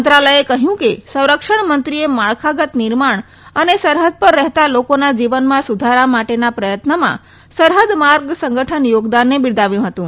મંત્રાલયે કહયું કે સંરક્ષણ મંત્રીએ માળખાગત નિર્માણ અને સરહદ પર રહેતા લોકોના જીવનમાં સુધારા માટેના પ્રયત્નમાં સરહૃદ માર્ગ સંગઠન યોગદાનને બિરદાવ્યુ હૃતું